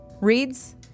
reads